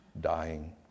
dying